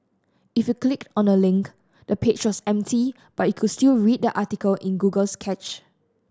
if you clicked on the link the page was empty but you could still read the article in Google's cache